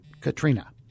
Katrina